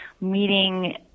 meeting